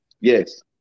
yes